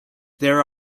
there